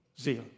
zeal